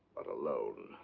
but alone.